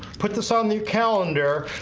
put this on your calendar